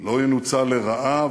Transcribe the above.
לא ינוצל לרעה,